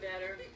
better